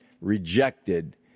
rejected